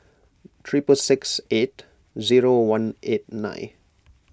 triple six eight zero one eight nine